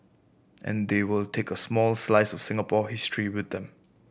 and they will take a small slice of Singapore history with them